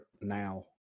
Now